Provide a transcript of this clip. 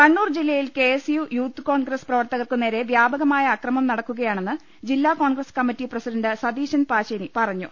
കണ്ണൂർ ജില്ലയിൽ K S U youth Congress പ്രവർത്തകർക്കു നേരെ വ്യാപകമായ അക്രമം നടക്കുകയാണെന്ന് ജില്ലാ കോൺഗ്രസ് കമ്മിറ്റി പ്രസിഡണ്ട് സതീശൻ പാച്ചേനി പറഞ്ഞു